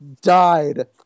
Died